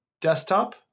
desktop